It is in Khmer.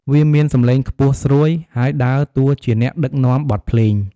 វាមានសំឡេងខ្ពស់ស្រួយ ហើយដើរតួជាអ្នកដឹកនាំបទភ្លេង។